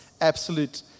absolute